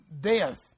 death